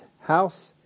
house